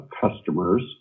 customers